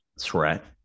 threat